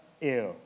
ew